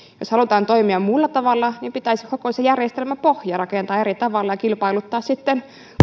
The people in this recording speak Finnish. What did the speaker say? jos halutaan toimia muulla tavalla niin pitäisi koko se järjestelmäpohja rakentaa eri tavalla ja kilpailuttaa sitten